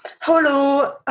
Hello